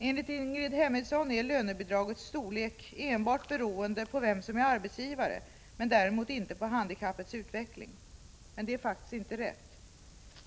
Enligt Ingrid Hemmingsson är lönebidragets storlek enbart beroende på vem som är arbetsgivare, men däremot inte på handikappets utveckling. Men det är faktiskt inte rätt.